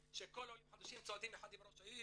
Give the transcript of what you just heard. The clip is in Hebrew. העולים החדשים צועדים יחד עם ראש העיר,